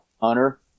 hunter